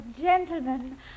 gentlemen